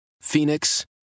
Phoenix